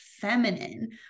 feminine